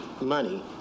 money